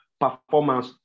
performance